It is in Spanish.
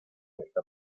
esta